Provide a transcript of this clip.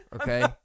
Okay